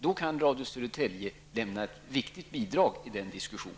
Då kan Radio Södertälje lämna ett viktigt bidrag till vår diskussion.